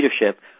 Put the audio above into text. leadership